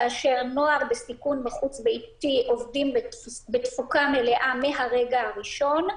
כאשר נוער בסיכון החוץ ביתי עובדים בתפוקה מלאה מהרגע הראשון.